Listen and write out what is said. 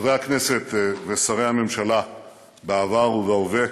חברי הכנסת ושרי הממשלה בעבר ובהווה,